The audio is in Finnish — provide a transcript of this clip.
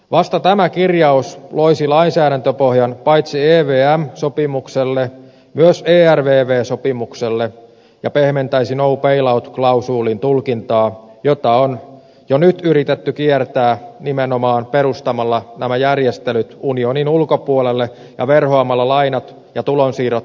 vasta tämä kirjaus loisi lainsäädäntöpohjan paitsi evm sopimukselle myös ervv sopimukselle ja pehmentäisi no bail out klausuulin tulkintaa jota on jo nyt yritetty kiertää nimenomaan perustamalla nämä järjestelyt unionin ulkopuolelle ja verhoamalla lainat ja tulonsiirrot takauksiksi